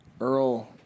Earl